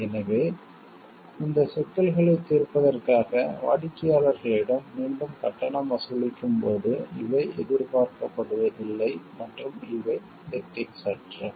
எனவே இந்தச் சிக்கல்களைத் தீர்ப்பதற்காக வாடிக்கையாளர்களிடம் மீண்டும் கட்டணம் வசூலிக்கும்போது இவை எதிர்பார்க்கப்படுவதில்லை மற்றும் இவை எதிக்ஸ் அற்றவை